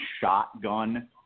shotgun